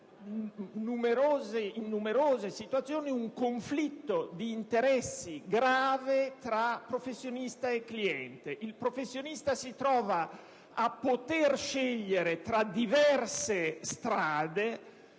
in numerose situazioni un conflitto d'interessi grave tra professionista e cliente. Il professionista si trova a poter scegliere tra diverse strade;